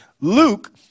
Luke